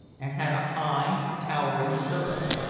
and had a high, towering stern.